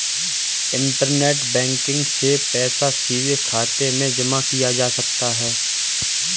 internet banking से पैसा सीधे खाते में जमा किया जा सकता है